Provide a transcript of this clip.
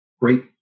great